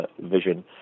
vision